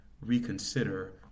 reconsider